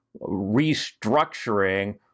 restructuring